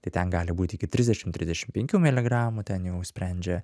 tai ten gali būt iki trisdešimt trisdešimt penkių miligramų ten jau sprendžia